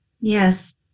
Yes